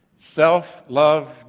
Self-love